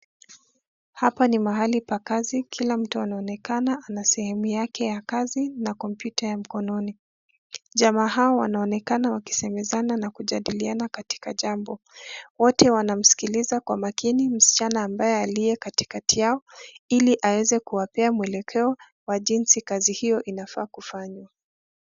Hapa ni mahali pa kazi, kila mtu anaonekana ana sehemu yake ya kazi na kompyuta ya mkononi. Jamaa hao wanaonekana wakisemezana na kujadiliana katika jambo. Wote wanamsikiliza kwa makini, msichana ambaye aliye katikati yao ili aweze kuwapea mwelekeo, wa jinsi kazi hiyo inafaa kufanya.